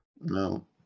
No